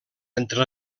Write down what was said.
entre